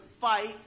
fight